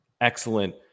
excellent